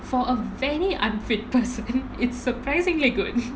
for a very unfit person it's surprisingly good